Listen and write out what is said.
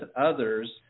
others